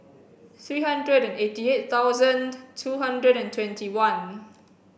three hundred and eighty eight thousand two hundred and twenty one